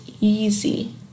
easy